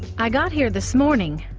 i got here this morning,